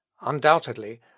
Undoubtedly